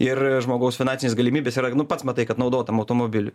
ir žmogaus finansinės galimybės yra nu pats matai kad naudotam automobiliui